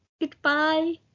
goodbye